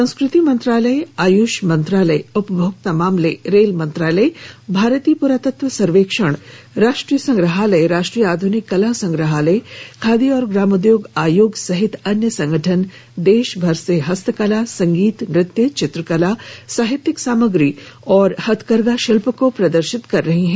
संस्कृति मंत्रालय आयुष मंत्रालय उपभोक्ता मामले रेल मंत्रालय भारतीय पुरातत्व सर्वेक्षण राष्ट्रीय संग्रहालय राष्ट्रीय आध्निक कला संग्रहालय खादी और ग्रामोद्योग आयोग सहित अन्य संगठन देश भर से हस्तकला संगीत नृत्य चित्रकला साहित्यिक सामग्री और हथकरघा शिल्प को प्रदर्शित कर रहे हैं